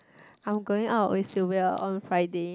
I'm going out with Sylvia on Friday